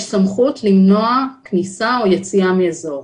יש סמכות למנוע כניסה או יציאה מאזור.